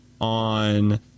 on